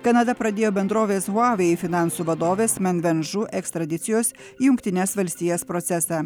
kanada pradėjo bendrovės huawei finansų vadovės meng ven žu ekstradicijos į jungtines valstijas procesą